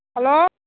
hello